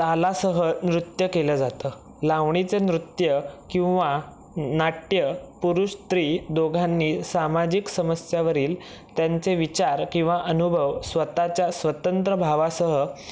तालासह नृत्य केलं जातं लावणीचं नृत्य किंवा नाट्य पुरुष स्त्री दोघांनी सामाजिक समस्यावरील त्यांचे विचार किंवा अनुभव स्वतःच्या स्वतंत्र भावासह